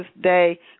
day